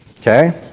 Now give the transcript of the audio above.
Okay